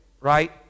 right